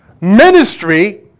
Ministry